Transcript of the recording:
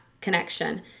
connection